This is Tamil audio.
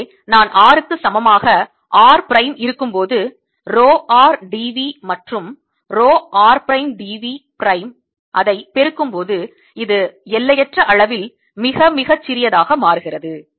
எனவே நான் r க்கு சமமாக r பிரைம் இருக்கும் போது ரோ r d v மற்றும் rho r prime d v prime ஐ பெருக்கும்போது இது எல்லையற்ற அளவில் மிக மிகச் சிறியதாக மாறுகிறது